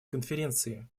конференции